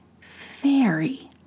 fairy